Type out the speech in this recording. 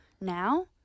now